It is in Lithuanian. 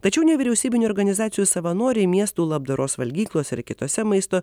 tačiau nevyriausybinių organizacijų savanoriai miestų labdaros valgyklos ir kitose maisto